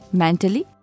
mentally